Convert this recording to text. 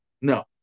No